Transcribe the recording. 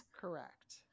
Correct